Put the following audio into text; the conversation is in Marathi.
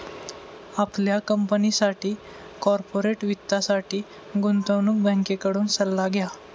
आपल्या कंपनीसाठी कॉर्पोरेट वित्तासाठी गुंतवणूक बँकेकडून सल्ला घ्या